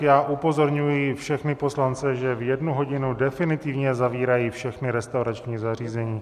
Já upozorňuji všechny poslance, že v jednu hodinu definitivně zavírají všechna restaurační zařízení.